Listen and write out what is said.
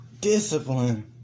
discipline